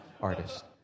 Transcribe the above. artist